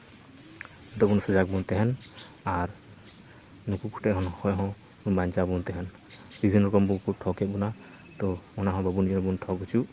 ᱡᱮᱢᱚᱱ ᱥᱚᱡᱟᱜᱽ ᱵᱚᱱ ᱛᱟᱦᱮᱱ ᱟᱨ ᱱᱩᱠᱩ ᱠᱚ ᱴᱷᱮᱡ ᱠᱷᱚᱡ ᱦᱚᱸ ᱵᱟᱧᱪᱟᱣ ᱵᱚᱱ ᱛᱟᱦᱮᱱ ᱵᱤᱵᱷᱤᱱᱱᱚ ᱨᱚᱠᱚᱢ ᱠᱚ ᱴᱷᱚᱠᱮᱫ ᱵᱚᱱᱟ ᱛᱚ ᱚᱱᱟ ᱦᱚᱸ ᱡᱮᱢᱚᱱ ᱵᱟᱵᱚᱱ ᱴᱷᱚᱠ ᱦᱚᱪᱚᱜ